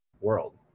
world